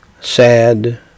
sad